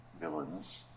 villains